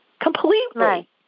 completely